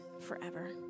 forever